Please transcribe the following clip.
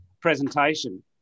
presentation